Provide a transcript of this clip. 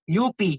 UP